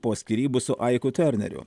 po skyrybų su aiku terneriu